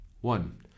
One